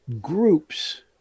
groups